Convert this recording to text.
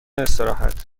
استراحت